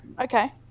Okay